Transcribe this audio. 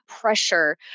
pressure